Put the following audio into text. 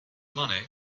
money